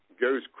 goes